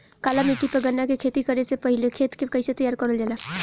काली मिट्टी पर गन्ना के खेती करे से पहले खेत के कइसे तैयार करल जाला?